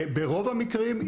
ברוב המקרים,